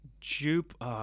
Jupe